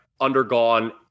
undergone